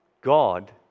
God